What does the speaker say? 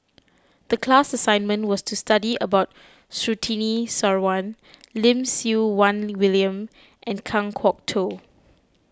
the class assignment was to study about Surtini Sarwan Lim Siew Wai William and Kan Kwok Toh